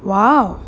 !wow!